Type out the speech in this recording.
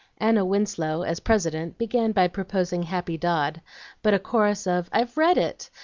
anna winslow, as president, began by proposing happy dodd but a chorus of i've read it!